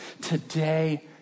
today